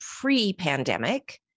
pre-pandemic